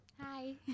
Hi